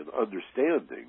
understanding